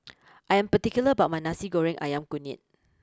I am particular about my Nasi Goreng Ayam Kunyit